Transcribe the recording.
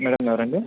madam ఎవరండి